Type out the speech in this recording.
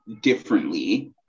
differently